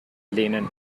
lehnen